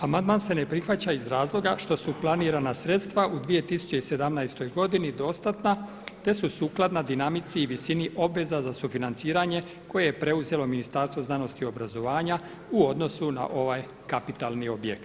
Amandman se ne prihvaća iz razloga što su planirana sredstva u 2017. godini dostatna te su sukladna dinamici i visini obveza za sufinanciranje koje je preuzelo Ministarstvo znanosti i obrazovanja u odnosu na ovaj kapitalni objekt.